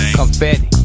Confetti